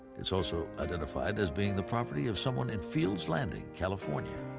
it's also identified as being the property of someone in fields landing, california.